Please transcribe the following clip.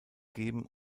geben